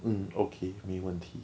um okay 没问题